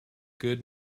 good